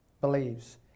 believes